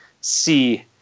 see –